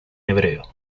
hebreo